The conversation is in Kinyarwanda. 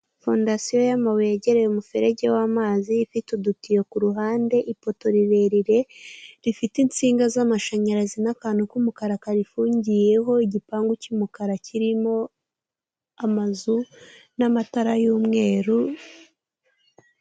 Fondasiyo y'amabuye yegereye umuferege w'amazi, ifite udutiyo ku ruhande, ipoto rirerire rufite insinga z'amashanyarazi n'akantu k'umukara karifungiyeho, igipangu cy'umukara kirimo amazu n'amatara y'umweru.